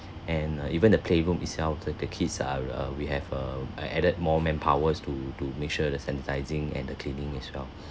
and uh even the playroom itself that the kids are err we have err added more manpowers to to make sure the sanitising and the cleaning as well